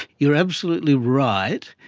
you're absolutely right.